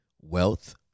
wealth